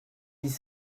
dix